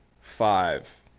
five